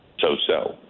so-so